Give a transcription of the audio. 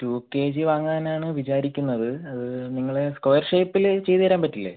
to K G വാങ്ങാനാണ് വിചാരിക്കുന്നത് അത് നിങ്ങൾ സ്ക്വയർ ഷേപ്പിൽ ചെയ്ത് തരാൻ പറ്റില്ലേ